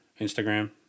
Instagram